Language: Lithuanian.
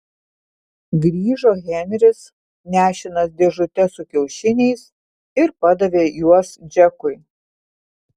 grįžo henris nešinas dėžute su kiaušiniais ir padavė juos džekui